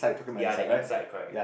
ya the inside correct